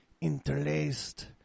interlaced